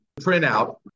printout